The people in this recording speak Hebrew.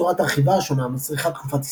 צורת הרכיבה השונה מצריכה תקופת הסתגלות.